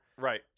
right